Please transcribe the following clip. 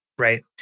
Right